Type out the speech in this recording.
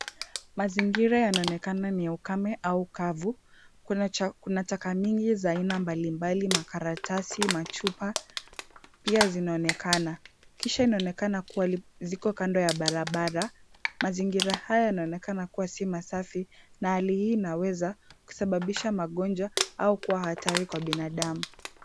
Mazingira yanaonekana ni ya ukame au kavu. Kuna taka nyingi za aina mbalimbali, makaratasi, machupa pia zinaonekana . Kisha inaonekana kuwa liko kando ya barabara. Mazingira haya yanaonekana kuwa si masafi na hali hii inaweza kusababisha magonjwa au kuwa hatari kwa binadamu.